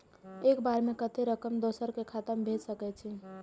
एक बार में कतेक रकम दोसर के खाता में भेज सकेछी?